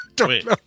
Wait